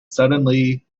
suddenly